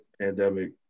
pandemic